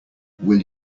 will